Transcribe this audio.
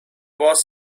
boss